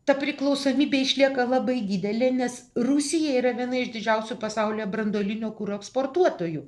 ta priklausomybė išlieka labai didelė nes rusija yra viena iš didžiausių pasaulio branduolinio kuro eksportuotojų